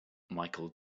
michael